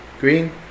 Green